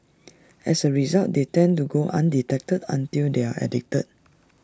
as A result they tend to go undetected until they are addicted